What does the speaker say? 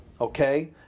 Okay